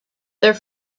their